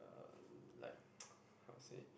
uh like how to say